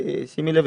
שימי לב,